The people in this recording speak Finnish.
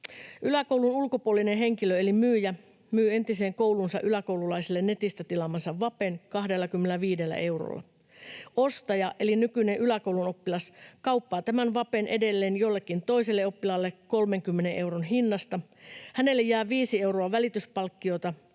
Yläkoulun ulkopuolinen henkilö eli myyjä myy entiseen kouluunsa yläkoululaisille netistä tilaamansa vapen 25 eurolla. Ostaja eli nykyinen yläkoulun oppilas kauppaa tämän vapen edelleen jollekin toiselle oppilaalle 30 euron hinnasta — hänelle jää viisi euroa välityspalkkiota